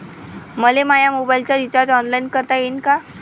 मले माया मोबाईलचा रिचार्ज ऑनलाईन करता येईन का?